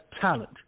talent